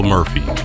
Murphy